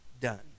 done